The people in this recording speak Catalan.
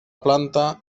planta